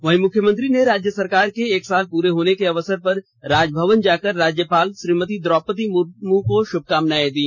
वहीँ मुख्यमंत्री ने राज्य सरकार के एक साल पूरे होने के अवसर पर राजभवन जाकर राज्यपाल श्रीमती द्रौपदी मुर्मू को शुभकामनाएं दी